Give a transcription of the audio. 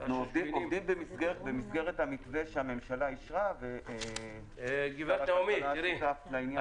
אנחנו עובדים במסגרת המתווה שהממשלה אישרה ומשרד הכלכלה שותף לעניין.